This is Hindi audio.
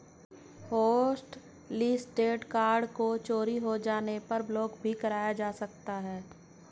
होस्टलिस्टेड कार्ड को चोरी हो जाने पर ब्लॉक भी कराया जा सकता है